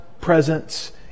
presence